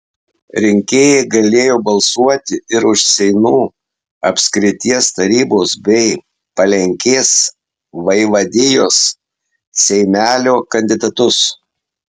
rinkėjai galėjo balsuoti ir už seinų apskrities tarybos bei palenkės vaivadijos seimelio kandidatus